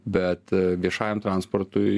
bet viešajam transportui